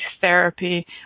therapy